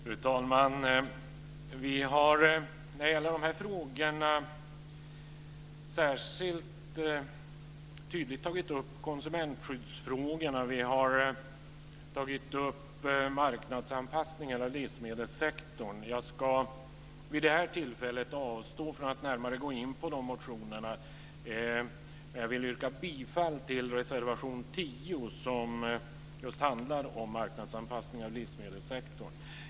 Fru talman! Vi har när det gäller de här frågorna särskilt tydligt tagit upp konsumentskyddsfrågorna. Vi har tagit upp marknadsanpassningen av livsmedelssektorn. Jag ska vid det här tillfället avstå från att närmare gå in på de motionerna. Jag vill yrka bifall till reservation 10, som just handlar om marknadsanpassning av livsmedelssektorn.